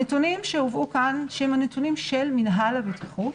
הנתונים שהובאו כאן שהם הנתונים של מינהל הבטיחות